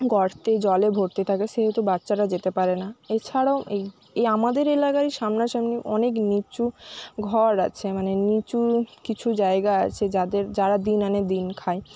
গর্তে জলে ভর্তি থাকে সেহেতু বাচ্চারা যেতে পারে না এছাড়াও এই এই আমাদের এলাকায় সামনা সামনি অনেক নিচু ঘর আছে মানে নিচু কিছু জায়গা আছে যাদের যারা দিন আনে দিন খায়